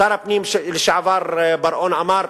שר הפנים לשעבר בר-און אמר: